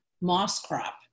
Mosscrop